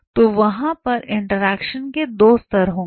तो वहां पर इंटरेक्शन के दो स्तर होंगे